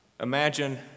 Imagine